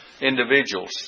individuals